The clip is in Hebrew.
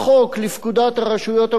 לפקודת הרשויות המקומיות,